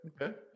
Okay